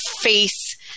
face